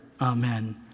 Amen